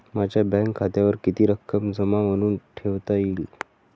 माझ्या बँक खात्यावर किती रक्कम जमा म्हणून ठेवता येईल?